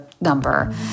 number